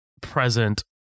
present